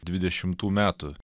dvidešimų metų